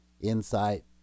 insight